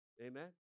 Amen